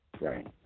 Right